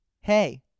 hey